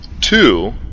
Two